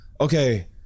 okay